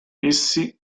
essi